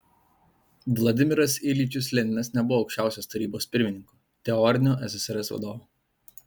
vladimiras iljičius leninas nebuvo aukščiausios tarybos pirmininku teoriniu ssrs vadovu